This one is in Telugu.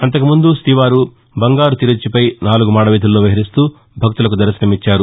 అంతకుముందు శ్రీవారు బంగారు తిరుచ్చిపై నాలుగు మాడ వీధుల్లో విహరిస్తూ భక్తులకు దర్భనమిచ్చారు